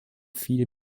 viel